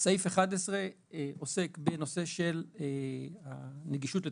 סעיף 11 עוסק בנושא של הנגישות לתרופות.